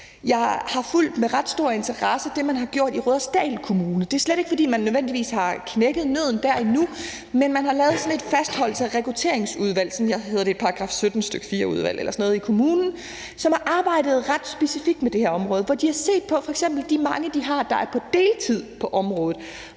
Jeg har fulgt med ret stor interesse det, man har gjort i Rudersdal Kommune. Det er slet ikke, fordi man nødvendigvis har knækket nødden dér endnu, men man har lavet sådan et fastholdelses- og rekrutteringsudvalg – det hedder et § 17, stk. 4-udvalg eller sådan noget – i kommunen, som har arbejdet ret specifikt med det her område. De har f.eks. set på de mange, de har, der er på deltid på området.